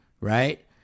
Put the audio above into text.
right